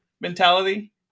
mentality